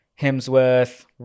Hemsworth